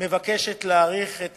מבקשת להאריך את